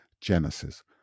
Genesis